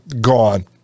gone